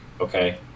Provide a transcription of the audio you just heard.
okay